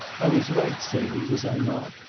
i was right, celie, was i not?